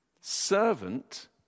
Servant